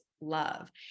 love